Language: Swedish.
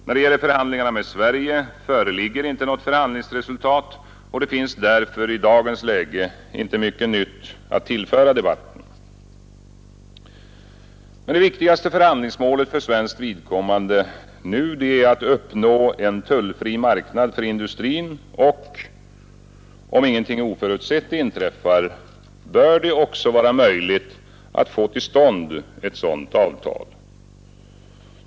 När det gäller förhandlingarna med Sverige föreligger inte något förhandlingsresultat och det finns därför i dagens läge inte mycket nytt att tillföra debatten. Det viktigaste förhandlingsmålet för svenskt vidkommande nu är att uppnå en tullfri marknad för industrin och om ingenting oförutsett inträffar bör det vara möjligt att få till stånd ett sådant avtal.